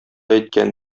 әйткән